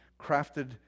Crafted